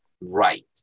right